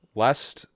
last